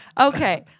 Okay